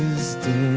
stay